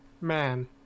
Man